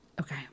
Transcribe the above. Okay